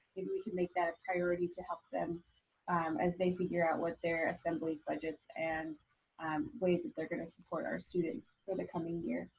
maybe we can make that a priority to help them as they figure out what their assemblies budgets and um ways that they're gonna support our students for the coming year.